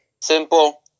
simple